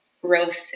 growth